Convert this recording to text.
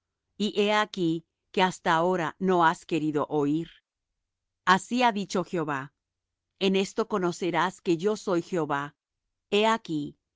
y he aquí que hasta ahora no has querido oir así ha dicho jehová en esto conocerás que yo soy jehová he aquí